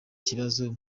kibazo